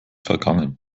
vergangen